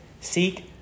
seek